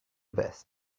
vest